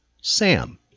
Sam